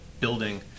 building